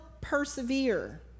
persevere